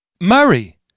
Murray